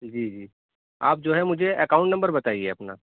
جی جی آپ جو ہے مجھے اکاؤنٹ نمبر بتائیے اپنا